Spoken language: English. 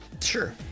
sure